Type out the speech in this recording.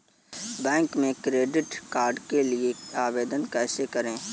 Bank में credit card के लिए आवेदन कैसे करें?